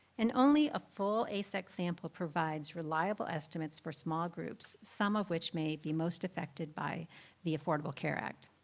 and only a full asec sample provides reliable estimates for small groups, some of which may be most affected by the affordable care act.